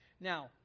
Now